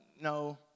no